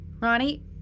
Ronnie